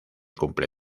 cumple